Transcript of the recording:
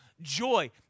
joy